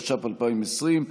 התש"ף 2020,